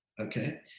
Okay